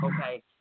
okay